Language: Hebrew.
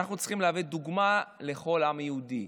אנחנו צריכים להוות דוגמה לכל העם היהודי.